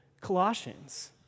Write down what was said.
Colossians